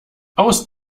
aus